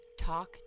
Talk